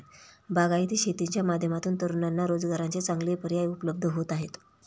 बागायती शेतीच्या माध्यमातून तरुणांना रोजगाराचे चांगले पर्याय उपलब्ध होत आहेत